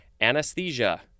anesthesia